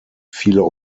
vieler